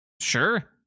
sure